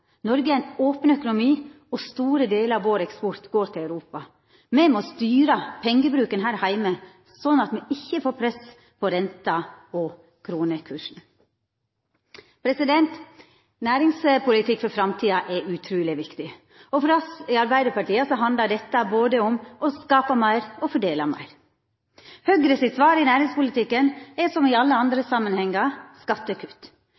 Noreg har ein open økonomi, og store delar av eksporten vår går til Europa. Me må styra pengebruken her heime sånn at me ikkje får press på renta og kronekursen. Næringspolitikk for framtida er utruleg viktig. For oss i Arbeidarpartiet handlar dette om å både skapa meir og fordela meir. Høgre sitt svar i næringspolitikken er, som i alle andre samanhengar, skattekutt.